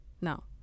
no